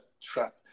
trap